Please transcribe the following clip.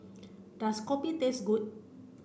does Kopi taste good